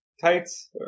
tights